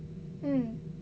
mm